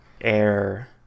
air